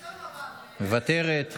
מוותרת.